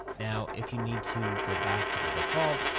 now, if you need to go back to the default,